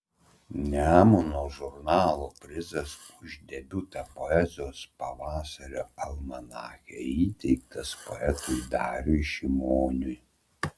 nemuno žurnalo prizas už debiutą poezijos pavasario almanache įteiktas poetui dariui šimoniui